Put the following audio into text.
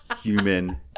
human